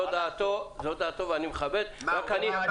זאת דעתו ואני מכבד אותה.